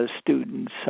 students